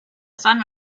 sun